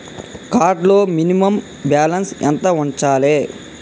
Card లో minimum balance ఎంత ఉంచాలే?